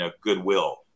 goodwill